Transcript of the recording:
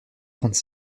trente